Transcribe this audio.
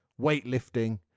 weightlifting